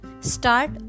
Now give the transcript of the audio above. Start